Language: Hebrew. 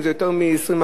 אם זה יותר מ-20%,